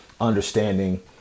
understanding